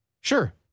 sure